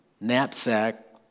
knapsack